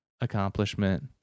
accomplishment